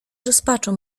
rozpaczą